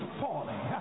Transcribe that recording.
falling